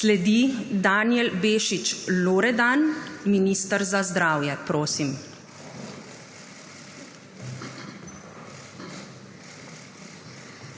Sledi Danijel Bešič Loredan, minister za zdravje.